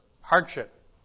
hardship